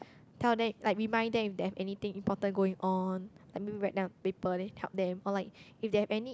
tell them like remind them if they have anything important going on like maybe write down a paper then help them or like if they have any